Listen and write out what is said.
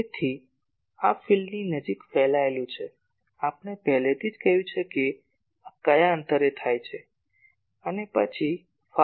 તેથી આ ફિલ્ડની નજીકનું ફેલાયેલું છે આપણે પહેલેથી જ કહ્યું છે કે આ કયા અંતરે થાય છે અને પછી ફાર ફિલ્ડ છે